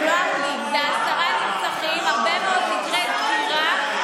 הרבה מאוד מקרי דקירה,